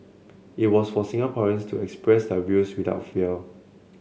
it was for Singaporeans to express their views without fear